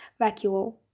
vacuole